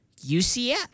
UCF